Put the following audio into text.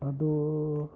ಅದು